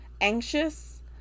anxious